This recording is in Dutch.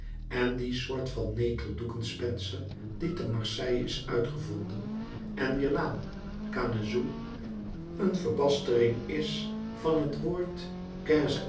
en die soort van neteldoeken spencer die te marseille is uitgevonden en wier naam canezou een verbastering is van het woord